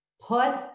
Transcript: put